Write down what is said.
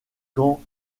quand